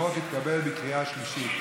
החוק התקבל בקריאה שלישית.